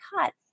cut